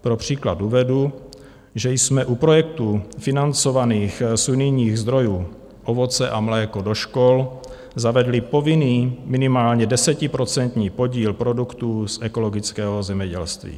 Pro příklad uvedu, že jsme u projektů financovaných z unijních zdrojů Ovoce a mléko do škol zavedli povinný, minimálně desetiprocentní podíl produktů z ekologického zemědělství.